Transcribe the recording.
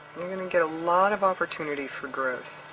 you're gonna get a lot of opportunity for growth.